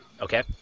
Okay